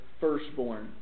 firstborn